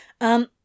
Um